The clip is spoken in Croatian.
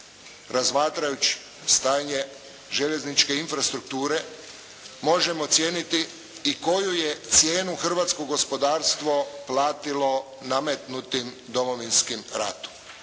razmatrajući stanje željezničke infrastrukture možemo ocijeniti i koju je cijenu hrvatsko gospodarstvo platilo nametnutim Domovinskim ratom.